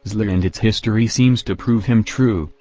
xli and its history seems to prove him true,